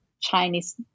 Chinese